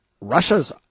Russia's